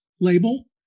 label